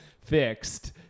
fixed